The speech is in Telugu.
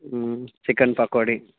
చికెన్ పకోడీ